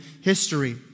history